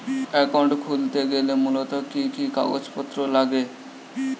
Account খুলতে গেলে মূলত কি কি কাগজপত্র লাগে?